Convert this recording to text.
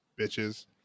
Bitches